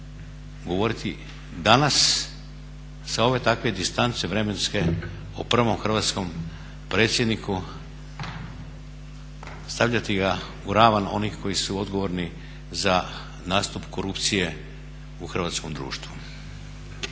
govoriti danas sa ove takve distance vremenske o prvom hrvatskom predsjedniku, stavljati ga u ravan onih koji su odgovorni za nastup korupcije u hrvatskom društvu.